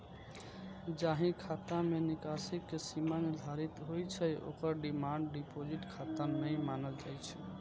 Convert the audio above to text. जाहि खाता मे निकासी के सीमा निर्धारित होइ छै, ओकरा डिमांड डिपोजिट खाता नै मानल जाइ छै